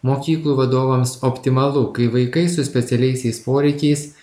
mokyklų vadovams optimalu kai vaikai su specialiaisiais poreikiais